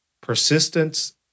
persistence